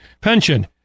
pension